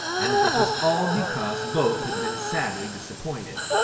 and it was all because both had been sadly disappointed.